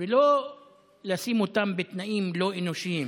ולא לשים אותם בתנאים לא אנושיים,